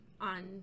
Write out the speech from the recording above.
on